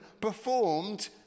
performed